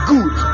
Good